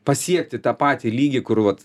pasiekti tą patį lygį kur vat